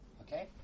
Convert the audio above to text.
Okay